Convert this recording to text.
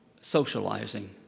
socializing